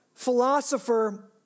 Philosopher